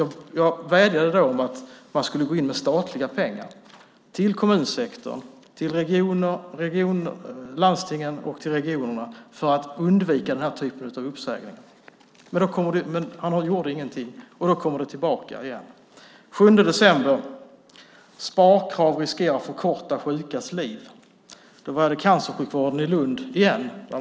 Jag vädjade då till ministern om att man skulle gå in med statliga pengar till kommunsektorn, till landstingen och till regionerna för att undvika den här typen av uppsägningar. Ministern gjorde ingenting. Sedan kommer det tillbaka. Den 7 december kunde man läsa: Sparkrav riskerar förkorta sjukas liv. Då var det återigen cancersjukvården i Lund.